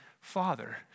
father